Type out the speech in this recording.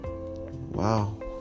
Wow